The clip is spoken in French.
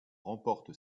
remporte